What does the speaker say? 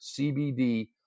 CBD